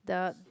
the